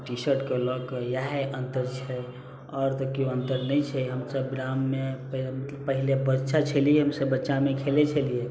T shirt कऽ लै कऽ इएह अंतर छै आओर तऽ केओ अंतर नहि छै हमसब ग्राममे पहिले मतलब बच्चा छलियै हमसब बच्चामे खेलैत छलियै